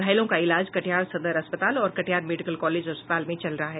घायलों का इलाज कटिहार सदर अस्पताल और कटिहार मेडिकल कॉलेज अस्पताल में चल रहा है